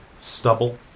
stubble